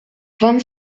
vingt